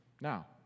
Now